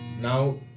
now